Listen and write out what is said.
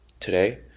Today